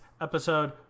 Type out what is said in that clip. episode